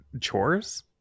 chores